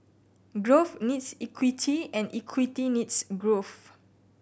growth needs equity and equity needs growth